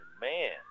Man